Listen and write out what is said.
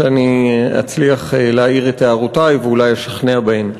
שאצליח להעיר את הערותי ואולי לשכנע בהן.